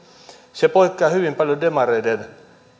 se poikkeaa hyvin paljon demareiden